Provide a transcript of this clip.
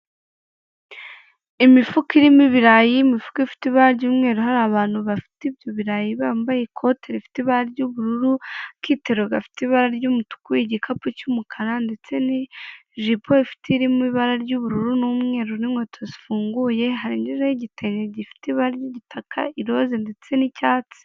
Imifuka irimo ibirayi, imifuka ifite ibara ry'umweru hari abantu bafite ibyo birarayi bambaye ikote rifite ibara ry'ubururu, akitero gafite ibara ry'umutuku, igikapu cy'umukara ndetse n'ijipo irimo ibara ry'ubururu n'umweru n'inkweto zifunguye, harengejeho igitenge gifite ibara ry'igitaka, iroze ndetse n'icyatsi.